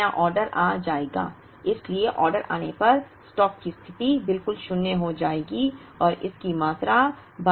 नया ऑर्डर आ जाएगा इसलिए ऑर्डर आने पर स्टॉक की स्थिति बिल्कुल शून्य हो जाएगी और इसकी मात्रा 1250 हो जाएगी